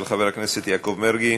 של חבר הכנסת יעקב מרגי,